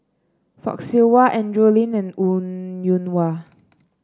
Fock Siew Wah Andrew Lee and Wong Yoon Wah